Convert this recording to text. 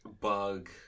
bug